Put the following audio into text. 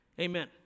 Amen